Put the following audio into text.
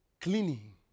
cleaning